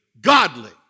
godly